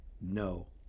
no